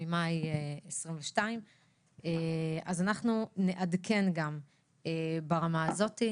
ממאי 2022. אנחנו גם נעדכן ברמה הזאת,